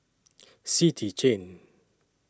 City Chain